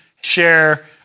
share